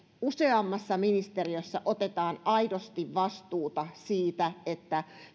useammassa ministeriössä otetaan aidosti vastuuta siitä että